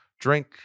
drink